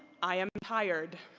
i am tired.